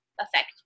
affect